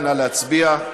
אנחנו נעביר את זה